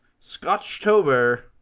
Scotchtober